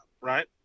right